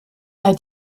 bei